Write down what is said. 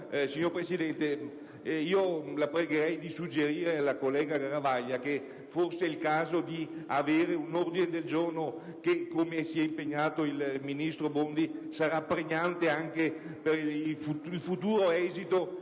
signor Presidente, la pregherei di suggerire alla collega Garavaglia che forse è il caso di avere un ordine del giorno che - visto l'impegno assunto dal ministro Bondi - sarà pregnante anche per il futuro esito